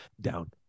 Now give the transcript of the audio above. down